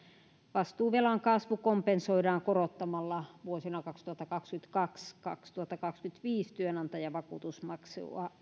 vastuuvelan kasvu kompensoidaan korottamalla vuosina kaksituhattakaksikymmentäkaksi viiva kaksituhattakaksikymmentäviisi työnantajavakuutusmaksua